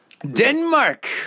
Denmark